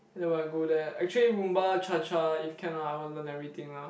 then when I go there actually Rumba Cha Cha if can lah I want learn everything lah